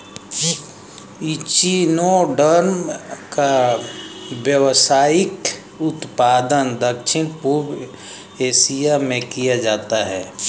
echinoderm का व्यावसायिक उत्पादन दक्षिण पूर्व एशिया में किया जाता है